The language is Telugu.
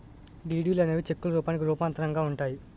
డీడీలు అనేవి చెక్కుల రూపానికి రూపాంతరంగా ఉంటాయి